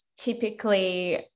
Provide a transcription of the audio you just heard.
typically